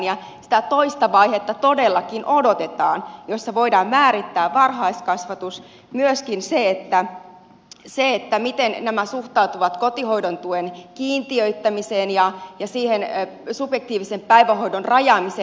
ja sitä toista vaihetta todellakin odotetaan jossa voidaan määrittää varhaiskasvatus myöskin se miten nämä suhtautuvat kotihoidon tuen kiintiöittämiseen ja siihen subjektiivisen päivähoidon rajaamiseen